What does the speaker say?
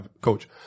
coach